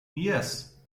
yes